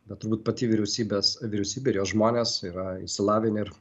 bet turbūt pati vyriausybės vyriausybė ir jos žmonės yra išsilavinę ir